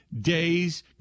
Days